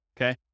Okay